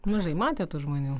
mažai matę tų žmonių